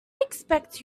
expect